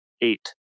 eight